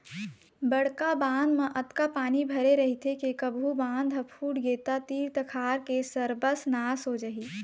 बड़का बांध म अतका पानी भरे रहिथे के कभू बांध ह फूटगे त तीर तखार के सरबस नाश हो जाही